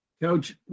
Coach